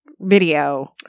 Video